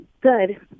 good